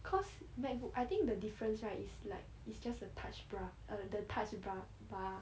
cause macbook I think the difference right it's like it's just a touch bra err the touch bar bar